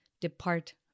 Depart